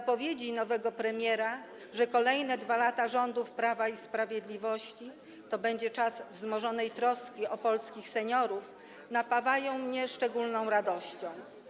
Zapowiedzi nowego premiera, że kolejne 2 lata rządów Prawa i Sprawiedliwości to będzie czas wzmożonej troski o polskich seniorów, napawają mnie szczególną radością.